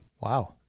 Wow